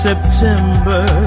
September